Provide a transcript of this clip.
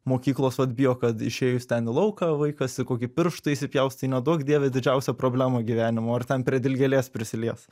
mokyklos vat bijo kad išėjus ten į lauką vaikas ir kokį pirštą įsipjaus tai neduok dieve didžiausia problema gyvenimo ar ten prie dilgėlės prisilies